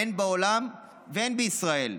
הן בעולם והן בישראל,